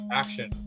action